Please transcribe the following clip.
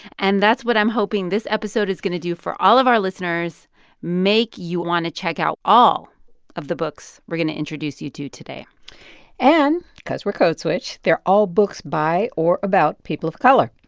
and that's what i'm hoping this episode is going to do for all of our listeners make you want to check out all of the books we're going to introduce you to today and because we're code switch, they're all books by or about people of color.